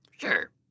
sure